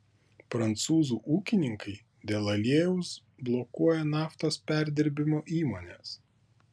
prancūzų ūkininkai dėl aliejaus blokuoja naftos perdirbimo įmones